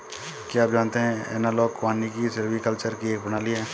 क्या आप जानते है एनालॉग वानिकी सिल्वीकल्चर की एक प्रणाली है